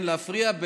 "להפריע",